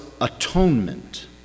atonement